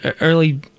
early